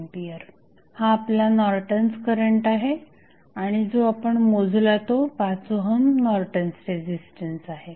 57A हा आपला Norton's current आहे आणि जो आपण मोजला तो 5 ओहम नॉर्टन्स रेझिस्टन्स आहे